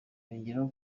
yongeyeho